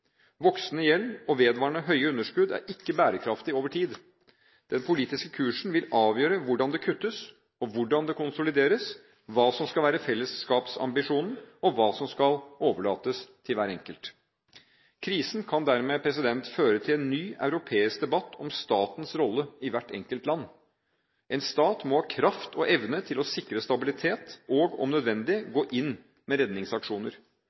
Voksende gjeld og vedvarende høye underskudd er ikke bærekraftig over tid. Den politiske kursen vil avgjøre hvordan det kuttes, og hvordan det konsolideres, hva som skal være fellesskapsambisjonen, og hva som skal overlates til hver enkelt. Krisen kan dermed føre til en ny europeisk debatt om statens rolle i hvert enkelt land. En stat må ha kraft og evne til å sikre stabilitet og – om nødvendig – gå inn med redningsaksjoner.